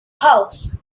house